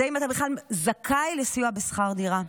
זה אם אתה בכלל זכאי לסיוע בשכר דירה.